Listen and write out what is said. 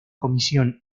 comisión